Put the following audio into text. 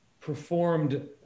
performed